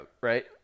right